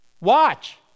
Watch